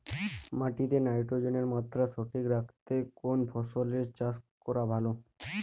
মাটিতে নাইট্রোজেনের মাত্রা সঠিক রাখতে কোন ফসলের চাষ করা ভালো?